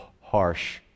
harsh